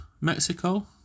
Mexico